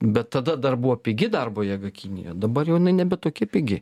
bet tada dar buvo pigi darbo jėga kinija dabar jau jinai nebe tokia pigi